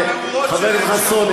חבר הכנסת חסון,